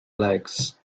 legs